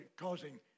causing